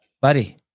buddy